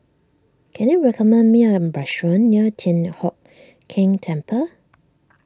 can you recommend me a bathroom near Thian Hock Keng Temple